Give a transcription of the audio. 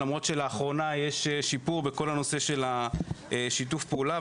למרות שלאחרונה יש שיפור בכל הנושא של השיתוף פעולה.